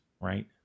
right